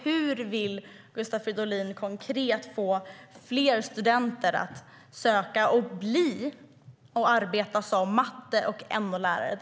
Hur vill Gustav Fridolin konkret få fler studenter att utbilda sig till och arbeta som mattelärare och NO-lärare?